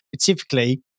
typically